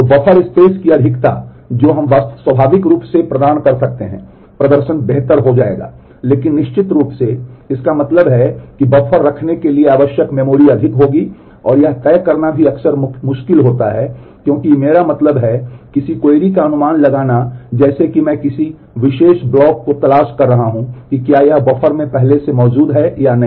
तो buffer space का अनुमान लगाना जैसे कि मैं किसी विशेष ब्लॉक की तलाश कर रहा हूं कि क्या यह बफर में पहले से मौजूद है या नहीं